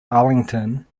arlington